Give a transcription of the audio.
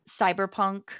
cyberpunk